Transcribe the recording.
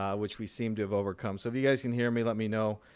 um which we seem to have overcome. so if you guys can hear me, let me know.